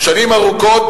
שנים ארוכות,